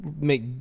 make